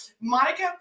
Monica